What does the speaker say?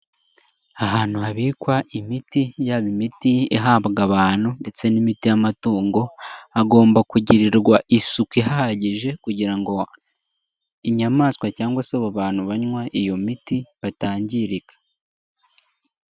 Ahantu habikwa imiti yaba imiti ihabwa abantu ndetse n'imiti y'amatungo, hagomba kugirirwa isuku ihagije kugira ngo inyamaswa cyangwa se abo bantu banywa iyo miti batangirika.